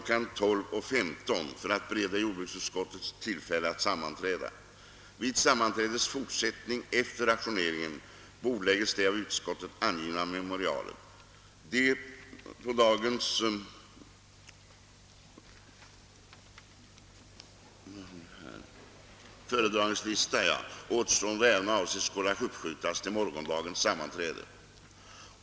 00.15 för att bereda jordbruksutskottet tillfälle att sammanträda. Vid sammanträdets fortsättning efter ajourneringen bordlägges det av utskottet avgivna memorialet i ärendet. De på dagens föredragningslista återstående ärendena avses skola uppskjutas till morgondagens sammanträde.